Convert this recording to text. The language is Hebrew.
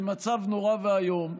זה מצב נורא ואיום.